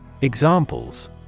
Examples